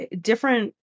different